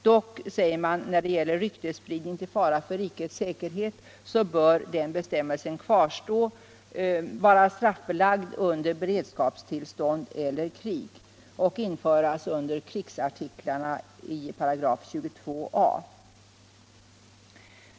Dock sägs att ryktesspridning till fara för rikets säkerhet bör vara straffbelagd under beredskapstillstånd och krig och införas under krigsartiklarna i 22a§.